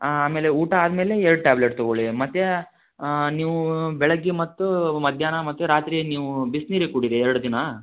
ಆಮೇಲೆ ಊಟ ಆದಮೇಲೆ ಎರ್ಡು ಟ್ಯಾಬ್ಲೆಟ್ ತೊಗೊಳ್ಳಿ ಮತ್ತು ನೀವು ಬೆಳಿಗ್ಗೆ ಮತ್ತು ಮಧ್ಯಾನ್ಹ ಮತ್ತು ರಾತ್ರಿ ನೀವು ಬಿಸಿನೀರೇ ಕುಡಿರಿ ಎರಡು ದಿನ